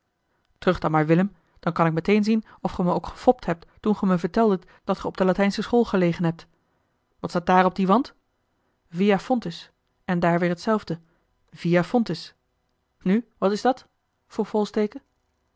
terug dan maar willem dan kan ik meteen zien of ge me ook gefopt hebt toen ge me verteldet dat ge op de latijnsche school gelegen hebt wat staat daar op dien wand via fontis en daar weer hetzelfde via fontis nu wat is dat vroeg volsteke